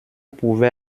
pouvait